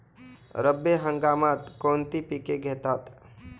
रब्बी हंगामात कोणती पिके घेतात?